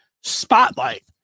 spotlight